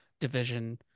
division